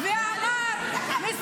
את גם